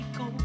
go